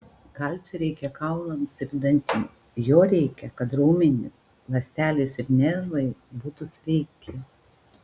kalcio reikia kaulams ir dantims jo reikia kad raumenys ląstelės ir nervai būtų sveiki